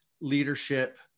leadership